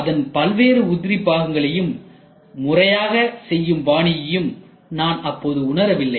அதன் பல்வேறு உதிரிப் பாகங்களையும் முறையாக செய்யும் பாணியையும் நான் அப்போது உணரவில்லை